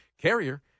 Carrier